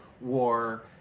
War